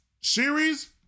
series